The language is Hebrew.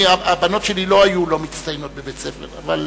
הבנות שלי לא היו לא מצטיינות בבית-ספר, אבל